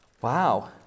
wow